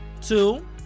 Two